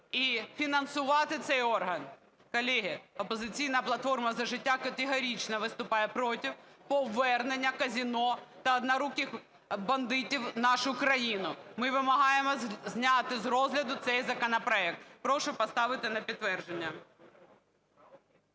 і фінансувати цей орган. Колеги, "Опозиційна платформа - За життя" категорично виступає проти повернення казино та "одноруких" бандитів в нашу країну. Ми вимагаємо зняти з розгляду цей законопроект. Прошу поставити на підтвердження.